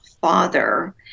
father